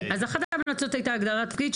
אז אחת ההמלצות הייתה הגדרת תפקיד,